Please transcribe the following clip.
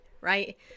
right